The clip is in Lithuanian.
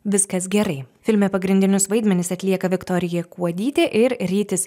viskas gerai filme pagrindinius vaidmenis atlieka viktorija kuodytė ir rytis